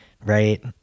right